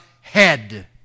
head